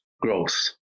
growth